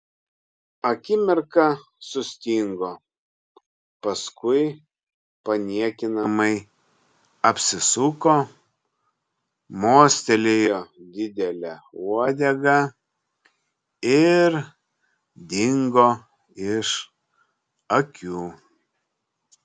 akimirką sustingo paskui paniekinamai apsisuko mostelėjo didele uodega ir dingo iš akių